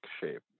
shape